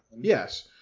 Yes